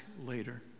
later